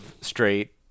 straight